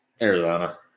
Arizona